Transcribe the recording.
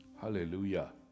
Hallelujah